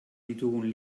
ditugun